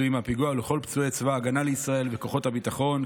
לפצועים מהפיגוע ולכל פצועי צבא ההגנה לישראל וכוחות הביטחון,